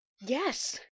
yes